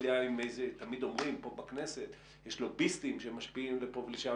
תמיד אומרים: פה בכנסת יש לוביסטים שמשפיעים לפה ולשם,